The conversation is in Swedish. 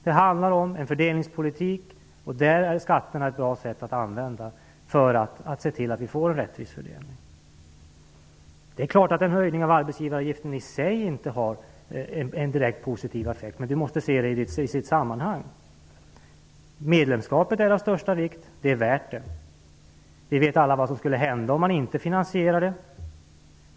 Det handlar om en fördelningspolitik, och skatterna är bra att använda för att se till att vi får en rättvis fördelning. Det är klart att en höjning av arbetsgivaravgiften i sig inte har en direkt positiv effekt. Man måste se det i sitt sammanhang. Medlemskapet är av största vikt. Det är värt detta. Vi vet alla vad som skulle hända om man inte finansierar det.